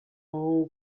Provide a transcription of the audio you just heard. aho